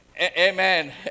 Amen